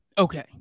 Okay